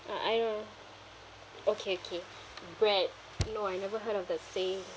ah I know okay okay bread no I never heard of the same